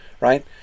Right